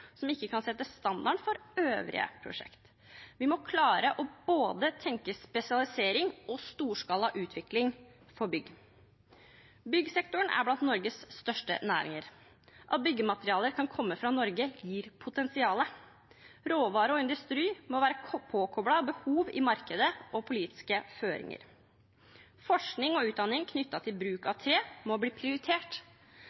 som ikke kan sette standarden for øvrige prosjekter. Vi må klare å tenke både spesialisering og storskala utvikling for bygg. Byggsektoren er blant Norges største næringer. At byggematerialer kan komme fra Norge, gir potensial. Råvare og industri må være påkoblet behov i markedet og politiske føringer. Forskning og utdanning knyttet til bruk av tre må bli prioritert. FoU-satsing i næringslivet må speiles av